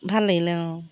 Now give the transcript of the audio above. ভাল লাগিলে অঁ